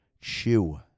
Chew